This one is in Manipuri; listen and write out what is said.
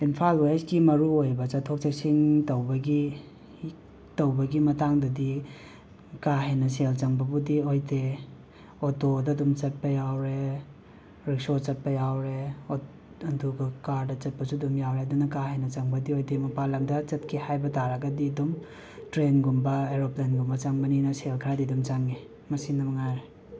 ꯏꯝꯐꯥꯜ ꯋꯦꯁꯠꯀꯤ ꯃꯔꯨ ꯑꯣꯏꯕ ꯆꯠꯊꯣꯛ ꯆꯠꯁꯤꯟ ꯇꯧꯕꯒꯤ ꯇꯧꯕꯒꯤ ꯃꯇꯥꯡꯗꯗꯤ ꯀꯥꯍꯦꯟꯅ ꯁꯦꯜ ꯆꯪꯕꯕꯨꯗꯤ ꯑꯣꯏꯗꯦ ꯑꯣꯇꯣꯗ ꯑꯗꯨꯝ ꯆꯠꯄ ꯌꯥꯎꯔꯦ ꯔꯤꯛꯁꯣ ꯆꯠꯄ ꯌꯥꯎꯔꯦ ꯑꯣ ꯑꯗꯨꯕꯨ ꯀꯥꯔꯗ ꯆꯠꯄꯁꯨ ꯑꯗꯨꯝ ꯌꯥꯎꯔꯦ ꯑꯗꯨꯅ ꯀꯥ ꯍꯦꯟꯅ ꯆꯪꯕꯗꯤ ꯑꯣꯏꯗꯦ ꯃꯄꯥꯟ ꯂꯝꯗ ꯆꯠꯀꯦ ꯍꯥꯏꯕ ꯇꯥꯔꯒꯗꯤ ꯑꯗꯨꯝ ꯇ꯭ꯔꯦꯟꯒꯨꯝꯕ ꯑꯦꯔꯣꯄ꯭ꯂꯦꯟꯒꯨꯝꯕ ꯆꯪꯕꯅꯤꯅ ꯁꯦꯟ ꯈꯔꯗꯤ ꯑꯗꯨꯝ ꯆꯪꯉꯦ ꯃꯁꯤ ꯃꯉꯥꯏꯔꯦ